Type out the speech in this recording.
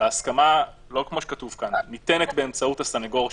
וההסכמה לא כמו שכתוב כאן ניתנת באמצעות הסנגור שלו,